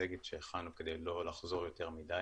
המצגת שהכנו כדי לא לחזור יותר מדי.